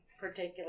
particular